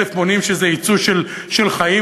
כי זה יצוא של חיים,